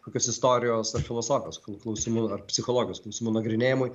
kokios istorijos ar filosofijos klausimų ar psichologijos klausimų nagrinėjimui